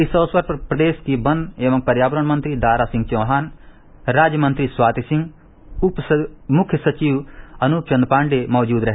इस अक्सर पर प्रदेश के वन एवं पर्याक्रण मंत्री दारा सिंह चौहान राज्य मंत्री स्वाति सिंह मुख्य सचिव अनुप चन्द पाण्डेय मौजूद रहे